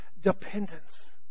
dependence